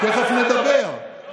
תודה רבה.